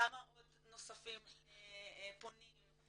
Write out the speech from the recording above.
כמה עוד נוספים פונים,